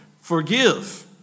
forgive